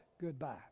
goodbye